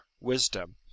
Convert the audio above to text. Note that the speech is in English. wisdom